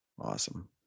Awesome